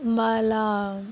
మళ్ళీ